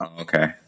okay